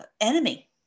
enemy